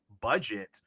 budget